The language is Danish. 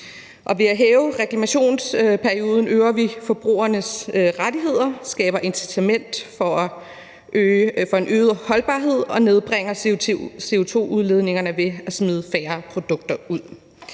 Ved at forlænge reklamationsperioden øger vi forbrugernes rettigheder, skaber incitament til en øget holdbarhed og nedbringer CO2-udledningen ved at smide færre produkter ud.